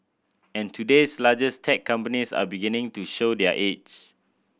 and today's largest tech companies are beginning to show their age